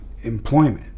employment